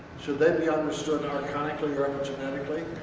should they be understood archonically or epigenetically?